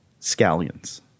scallions